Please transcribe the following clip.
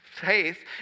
faith